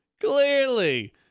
Clearly